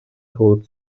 told